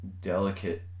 delicate